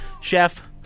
chef